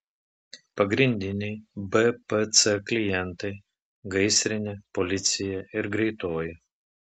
pagrindiniai bpc klientai gaisrinė policija ir greitoji